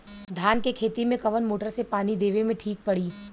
धान के खेती मे कवन मोटर से पानी देवे मे ठीक पड़ी?